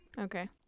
okay